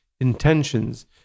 intentions